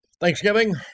Thanksgiving